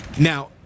Now